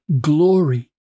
glory